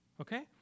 okay